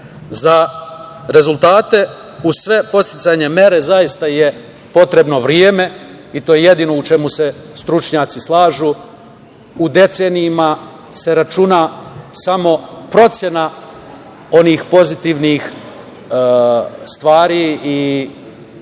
rezultate uz sve podsticajne mere zaista je potrebno vreme i to je jedino u čemu se stručnjaci slažu. U decenijama se računa samo procena onih pozitivnih stvari i podsticaja